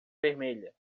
vermelha